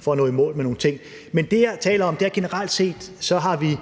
for at nå i mål med nogle ting. Det, jeg taler om, er, at vi generelt set her i